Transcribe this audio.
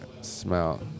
smell